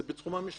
זה בתחום המשפט.